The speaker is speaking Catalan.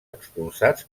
expulsats